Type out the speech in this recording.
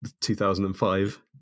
2005